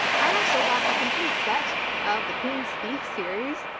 i also got the complete set of the queen's thief series.